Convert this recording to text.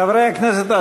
חברי הכנסת,